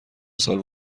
سال